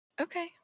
Okay